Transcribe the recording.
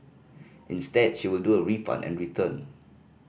instead she will do a refund and return